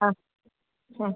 ആ ആ